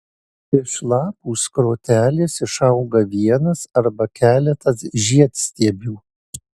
iš lapų skrotelės išauga vienas arba keletas žiedstiebių